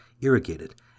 irrigated